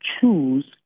choose